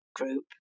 group